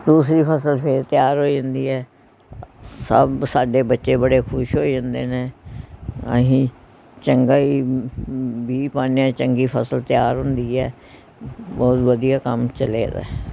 ਦੂਸਰੀ ਫਸਲ ਫਿਰ ਤਿਆਰ ਹੋ ਜਾਂਦੀ ਹੈ ਸਭ ਸਾਡੇ ਬੱਚੇ ਬੜੇ ਖੁਸ਼ ਹੋਏ ਹੁੰਦੇ ਨੇ ਅਸੀਂ ਚੰਗਾ ਹੀ ਬੀਜ਼ ਪਾਉਂਦੇ ਹਾਂ ਚੰਗੀ ਫਸਲ ਤਿਆਰ ਹੁੰਦੀ ਹੈ ਬਹੁਤ ਵਧੀਆ ਕੰਮ ਚੱਲੇ ਦਾ ਬਸ